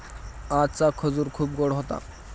आजचा खजूर खूप गोड होता